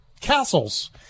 castles